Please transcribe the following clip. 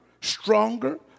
stronger